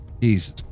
Jesus